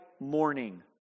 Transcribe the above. morning